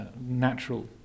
natural